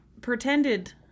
pretended